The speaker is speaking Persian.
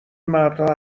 مردها